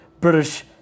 British